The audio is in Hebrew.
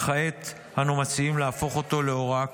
וכעת אנו מציעים להפוך אותו להוראה קבועה.